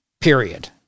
period